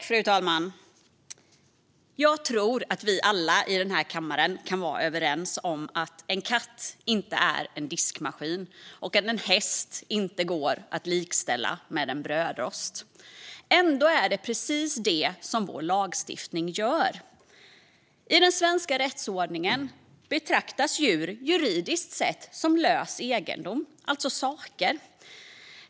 Fru talman! Jag tror att vi alla i denna kammare kan vara överens om att en katt inte är en diskmaskin och att en häst inte kan likställas med en brödrost. Ändå är det precis det som vår lagstiftning gör. I den svenska rättsordningen betraktas djur juridiskt sett som lös egendom, alltså saker.